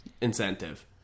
incentive